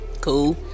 cool